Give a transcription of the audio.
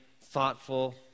thoughtful